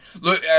Look